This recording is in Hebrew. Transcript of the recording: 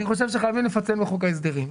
אני חושב שחייבים לפצל מחוק ההסדרים...